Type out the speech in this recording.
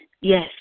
Yes